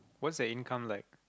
what's your income like